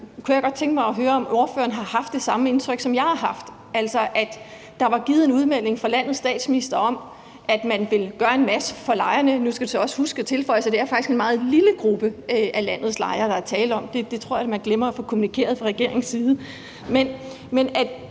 kunne jeg godt tænke mig at høre, om ordføreren har haft det samme indtryk, som jeg har haft. Der var givet en udmelding fra landets statsminister om, at man vil gøre en masse for lejerne – og nu skal vi selvfølgelig også huske at tilføje, at det faktisk er en meget lille gruppe af landets lejere, der er tale om, det tror jeg man glemmer at få kommunikeret fra regeringens side. Man fik